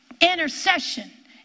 intercession